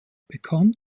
bekannt